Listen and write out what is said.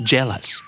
Jealous